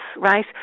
right